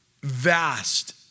vast